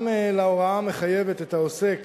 גם להוראה המחייבת את העוסק